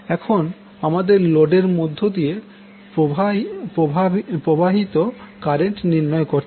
এখন আমাদের লোডের মধ্য দিয়ে প্রভাবিত কারেন্ট নির্ণয় করতে হবে